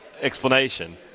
explanation